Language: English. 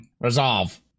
Resolve